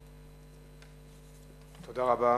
תודה רבה.